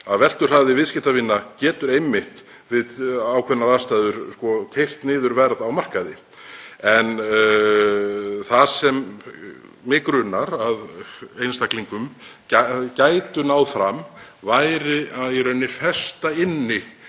að veltuhraði viðskiptavina getur einmitt við ákveðnar aðstæður keyrt niður verð á markaði. En það sem mig grunar að einstaklingar gætu náð fram væri í rauninni að festa inni